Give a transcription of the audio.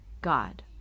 God